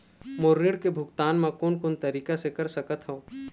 मोर ऋण के भुगतान म कोन कोन तरीका से कर सकत हव?